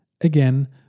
Again